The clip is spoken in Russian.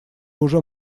уже